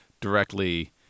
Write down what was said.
directly